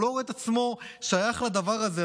והוא לא רואה את עצמו שייך לדבר הזה,